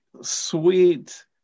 sweet